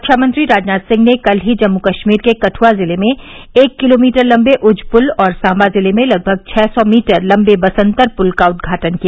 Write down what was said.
रक्षामंत्री राजनाथ सिंह ने कल ही जम्मू कश्मीर के कद्आ जिले में एक किलोमीटर लंबे उज पुल और सांबा जिले में लगभग छः सौ मीटर लंबे बसंतर पुल का उद्घाटन किया